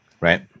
right